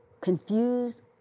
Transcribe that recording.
confused